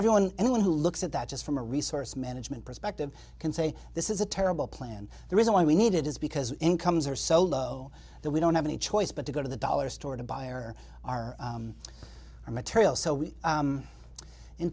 everyone anyone who looks at that just from a resource management perspective can say this is a terrible plan the reason why we need it is because incomes are so low that we don't have any choice but to go to the dollar store to buy our our material so we